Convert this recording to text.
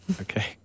Okay